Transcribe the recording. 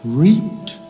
reaped